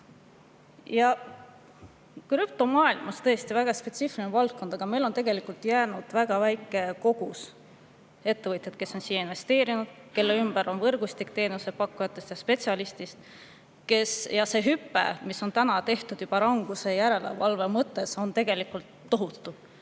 Krüptomaailm on tõesti väga spetsiifiline valdkond. Meil on tegelikult jäänud väga väike [hulk] ettevõtjaid, kes on siia investeerinud ja kelle ümber on võrgustik teenusepakkujatest ja spetsialistidest. See hüpe, mis on juba tehtud ranguse ja järelevalve mõttes, on tegelikult tohutu.